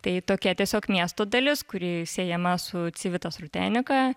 tai tokia tiesiog miesto dalis kuri siejama su civitas rutenika